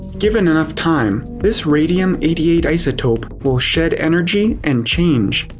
given enough time, this radium eighty eight isotope will shed energy and change.